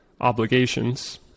obligations